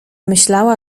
myślała